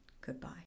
goodbye